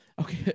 Okay